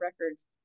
records